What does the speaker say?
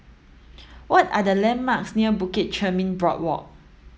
what are the landmarks near Bukit Chermin Boardwalk